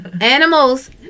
Animals